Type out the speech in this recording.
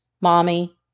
Mommy